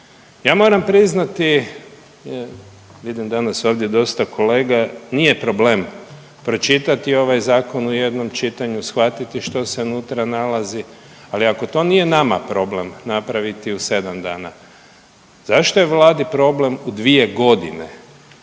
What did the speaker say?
Ja moramo priznati, vidim danas ovdje dosta kolega, nije problem pročitati ovaj Zakon u jednom čitanju, shvatiti što se nutra nalazi, ali ako to nije nama problem napraviti u 7 dana, zašto je Vladi problem u 2 godina